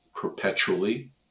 perpetually